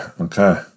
okay